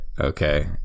Okay